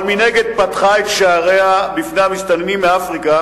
אבל מנגד היא פתחה את שעריה בפני המסתננים מאפריקה